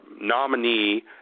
nominee